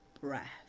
breath